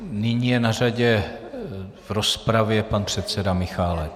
Nyní je na řadě v rozpravě pan předseda Michálek.